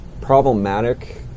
problematic